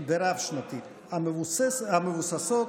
ורב-שנתית המבוססות